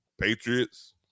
Patriots